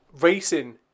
racing